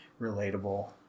relatable